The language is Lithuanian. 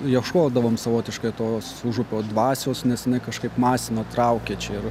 ieškodavom savotiškai tos užupio dvasios nes kažkaip masino traukė čia ir